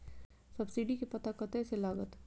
Subsidy के पता कतय से लागत?